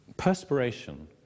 Perspiration